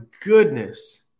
goodness